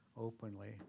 openly